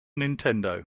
nintendo